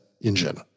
engine